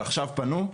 ועכשיו פנו,